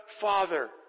Father